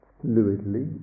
fluidly